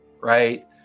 Right